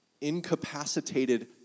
incapacitated